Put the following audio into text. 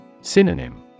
Synonym